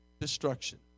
destruction